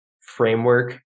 framework